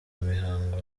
imihango